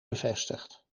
bevestigd